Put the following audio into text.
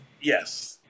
Yes